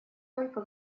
только